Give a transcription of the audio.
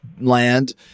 land